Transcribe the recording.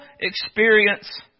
experience